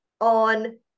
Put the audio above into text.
on